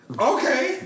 Okay